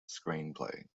screenplay